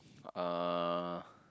uh